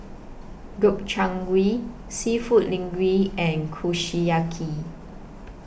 Gobchang Gui Seafood Linguine and Kushiyaki